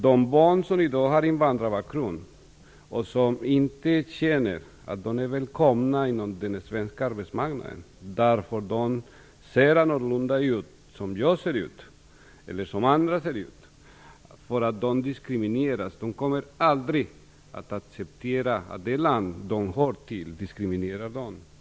De barn med invandrarbakgrund som känner att de inte är välkomna på den svenska arbetsmarknaden därför att de ser annorlunda ut i jämförelse med mig eller andra kommer aldrig att acceptera att det land de tillhör diskriminerar dem.